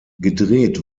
gedreht